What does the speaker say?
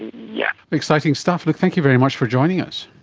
yes. exciting stuff. thank you very much for joining us.